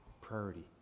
priority